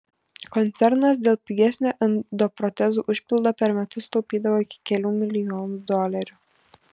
koncernas dėl pigesnio endoprotezų užpildo per metus sutaupydavo iki kelių milijonų dolerių